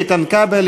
איתן כבל,